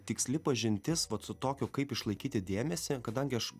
tiksli pažintis vat su tokiu kaip išlaikyti dėmesį kadangi aš